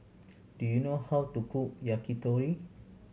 do you know how to cook Yakitori